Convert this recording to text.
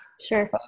Sure